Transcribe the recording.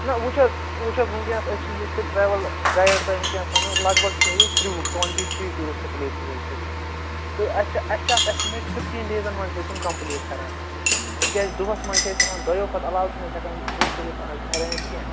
نہ وٕچھ حظ وٕچھ حظ وٕنۍکٮ۪نَس أسۍ چھِ یُس تُہۍ ٹرٛیوٕل گایِڈ تۄہہِ وٕنۍکٮ۪نَس وَنیو لگ بگ چھِ یہِ تِرٛوُہ ٹُونٹی تھرٛی ٹوٗرِسٹ پٕلیسٕز حظ چھِ تہٕ اَسہِ چھِ اَسہِ چھِ اَتھ اٮ۪سٹٕمیٹ فِفٹیٖن ڈیزَن منٛز چھِ أسۍ یِم کمپٕلیٖٹ کران تِکیازِ دۄہَس منٛز چھِ أسۍ ہٮ۪کان دۄیِو کھۄتہٕ علاوٕ چھِنہٕ أسۍ ہٮ۪کان ٹرٛپ کٔرِتھ آز اٮ۪رینٛج کیٚنہہ